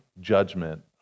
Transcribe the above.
judgment